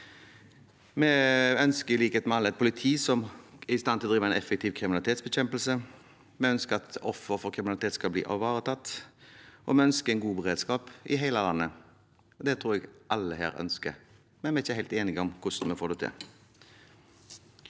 Vi ønsker i likhet med alle andre et politi som er i stand til å bedrive effektiv kriminalitetsbekjempelse. Vi ønsker at ofre for kriminalitet skal bli ivaretatt, og vi ønsker en god beredskap i hele landet. Det tror jeg alle her ønsker, men vi er ikke helt enige om hvordan vi skal få til